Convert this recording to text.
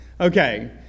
Okay